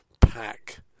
pack